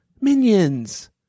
Minions